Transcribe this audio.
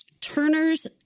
Turner's